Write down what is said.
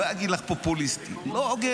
אני לא אגיד לך פופוליסטי, לא הוגן.